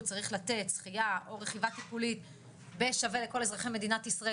צריך לתת שחייה או רכיבה טיפולית שווה לכל אזרחי מדינת ישראל